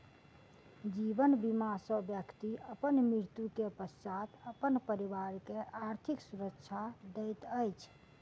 जीवन बीमा सॅ व्यक्ति अपन मृत्यु के पश्चात अपन परिवार के आर्थिक सुरक्षा दैत अछि